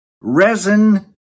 resin